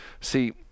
see